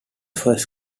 first